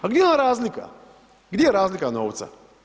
A gdje je ona razlika, gdje je razlika novca?